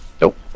Nope